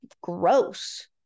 gross